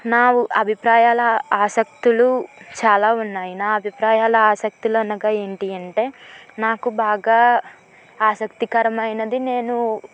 నా అభిప్రాయాల ఆసక్తులు చాలా ఉన్నాయి నా అభిప్రాయాల ఆసక్తులు అనగా ఏంటి అంటే నాకు బాగా ఆసక్తికరమైనది నేను